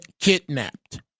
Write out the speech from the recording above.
kidnapped